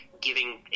giving